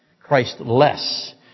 Christ-less